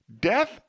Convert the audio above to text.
Death